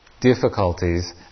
difficulties